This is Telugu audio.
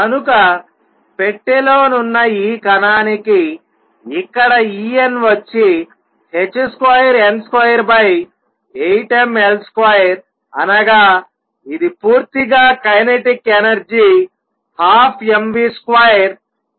కనుక పెట్టెలో నున్న ఈ కణానికి ఇక్కడ En వచ్చి h2n28mL2అనగా ఇది పూర్తిగా కైనెటిక్ ఎనర్జీ 12mv2